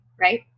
right